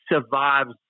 survives